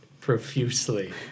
profusely